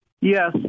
Yes